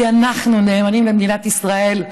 כי אנחנו נאמנים למדינת ישראל.